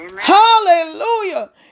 Hallelujah